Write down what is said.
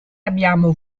abbiamo